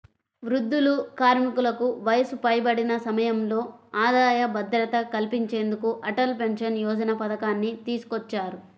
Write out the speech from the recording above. వృద్ధులు, కార్మికులకు వయసు పైబడిన సమయంలో ఆదాయ భద్రత కల్పించేందుకు అటల్ పెన్షన్ యోజన పథకాన్ని తీసుకొచ్చారు